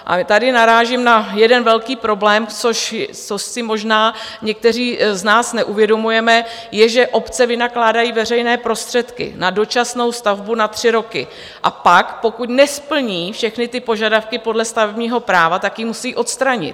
A tady narážím na jeden velký problém, což si možná někteří z nás neuvědomujeme, je, že obce vynakládají veřejné prostředky na dočasnou stavbu na tři roky, a pak, pokud nesplní všechny ty požadavky podle stavebního práva, ji musí odstranit.